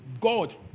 God